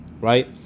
right